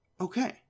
Okay